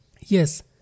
Yes